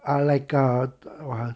uh like um the what ah